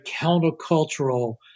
countercultural